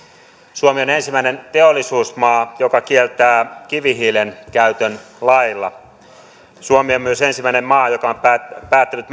suomi on ensimmäinen teollisuusmaa joka kieltää kivihiilen käytön lailla suomi on myös ensimmäinen maa joka on päättänyt